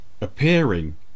appearing